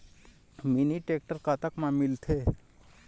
Mini tractor कतक म मिलथे?